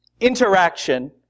interaction